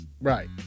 Right